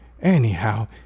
Anyhow